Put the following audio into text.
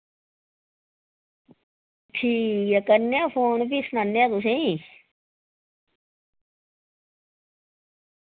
ठीक ऐ करने आं फोन फ्ही सनाने आं तुसें